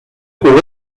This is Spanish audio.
jugó